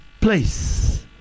place